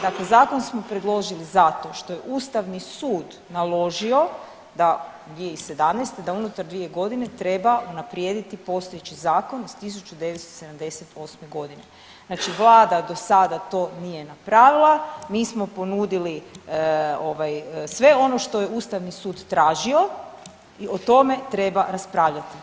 Dakle Zakon smo predložili zato što je Ustavni sud naložio da, 2017. da unutar 2 godine treba unaprijediti postojeći zakon iz 1978. g. Znači Vlada do sada to nije napravila, mi smo ponudili ovaj, sve ono što je Ustavni sud tražio i o tome treba raspravljati.